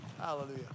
Hallelujah